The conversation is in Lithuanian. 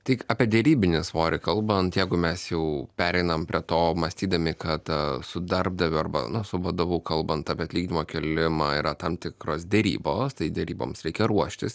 tik apie derybinį svorį kalbant jeigu mes jau pereinam prie to mąstydami kad su darbdaviu arba na su vadovu kalbant apie atlyginimo kėlimą yra tam tikros derybos tai deryboms reikia ruoštis